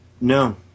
No